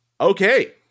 okay